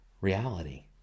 reality